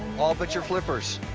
all but your flippers.